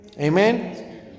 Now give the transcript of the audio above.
Amen